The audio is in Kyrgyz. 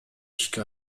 ишке